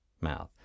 mouth